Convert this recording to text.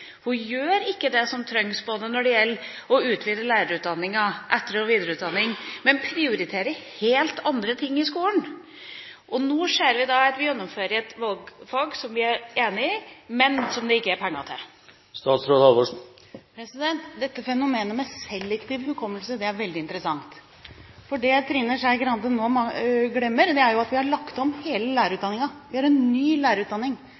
Hun gjør ikke det som trengs når det gjelder å utvide lærerutdanninga og etter- og videreutdanning, men prioriterer helt andre ting i skolen. Nå ser vi at vi gjennomfører et valgfag som vi er enig i, men som det ikke er penger til. Dette fenomenet med selektiv hukommelse er veldig interessant. Det Trine Skei Grande nå glemmer, er at vi har lagt om hele lærerutdanningen – vi har en ny lærerutdanning.